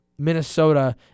Minnesota